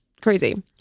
crazy